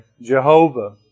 Jehovah